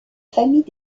famille